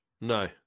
no